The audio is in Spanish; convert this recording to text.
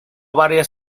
varias